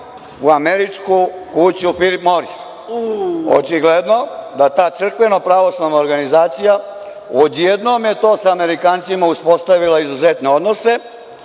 u američku kuću „Filip Moris“. Očigledno da ta crkveno pravoslavna organizacija odjednom sa Amerikancima uspostavila izuzetne odnose. Zato